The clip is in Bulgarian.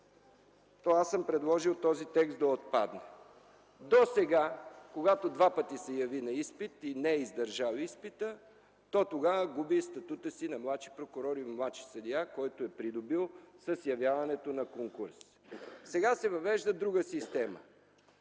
то аз съм предложил този текст да отпадне. Досега, когато два пъти се яви на изпит и не е издържал изпита, то тогава губи статута си на младши прокурор или младши съдия, който е придобил с явяването на конкурса. Сега се въвежда друга система